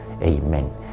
Amen